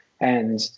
and-